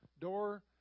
door